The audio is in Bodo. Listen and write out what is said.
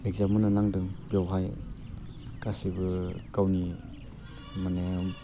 एग्जाम होनो नांदों बेवहाय गासिबो गावनि मानि